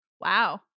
Wow